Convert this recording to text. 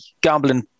gambling